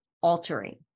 altering